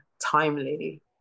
timely